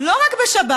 לא רק בשבת.